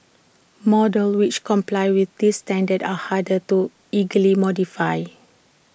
models which comply with this standard are harder to illegally modify